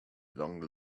long